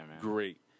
great